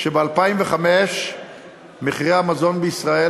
שבסופו של דבר, ככל שההוצאה האזרחית